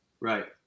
Right